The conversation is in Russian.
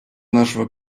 нашего